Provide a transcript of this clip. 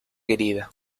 querida